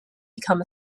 become